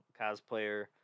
cosplayer